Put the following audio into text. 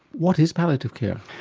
what is palliative care?